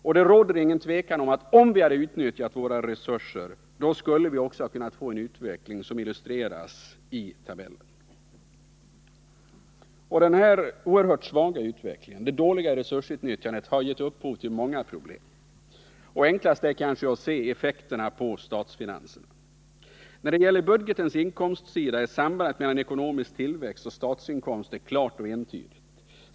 Det råder heller ingen tvekan om att om vi hade utnyttjat de resurser som stått till vårt förfogande så hade en utveckling av den typ som illustreras i tabellen kunnat bli verklighet. Den oerhört svaga ekonomiska utvecklingen och det dåliga resursutnyttjandet har givit upphov till många problem. Enklast att förstå är kanske När det gäller budgetens inkomstsida är sambandet mellan ekonomisk tillväxt och statsinkomster klart och entydigt.